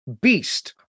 beast